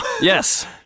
Yes